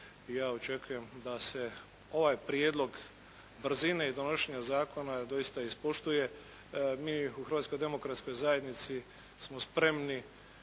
ja očekujem da se ovaj prijedlog brzine i donošenja zakona doista ispoštuje. Mi u Hrvatskoj